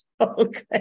Okay